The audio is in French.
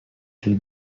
elle